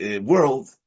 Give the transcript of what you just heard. world